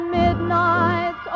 midnight